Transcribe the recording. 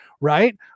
right